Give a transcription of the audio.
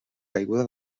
caiguda